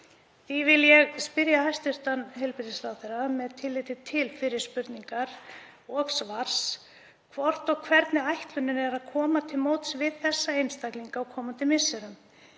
Ég vil spyrja hæstv. heilbrigðisráðherra, með tilliti til fyrri spurningar og svars, hvort og hvernig ætlunin er að koma til móts við þessa einstaklinga á komandi misserum.